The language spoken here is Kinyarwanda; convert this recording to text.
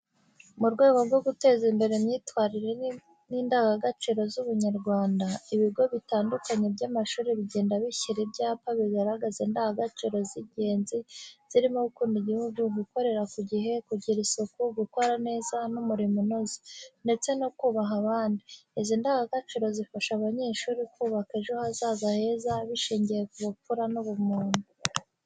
Mu rwego rwo guteza imbere imyitwarire n’indangagaciro z’ubunyarwanda, ibigo bitandukanye by'amashuri bigenda bishyira ibyapa bigaragaza indangagaciro z’ingenzi zirimo gukunda igihugu, gukorera ku gihe, kugira isuku, gukora neza n’umurimo unoze, ndetse no kubaha abandi. Izi ndangagaciro zifasha abanyeshuri kubaka ejo hazaza heza bishingiye ku bupfura n’ubumuntu.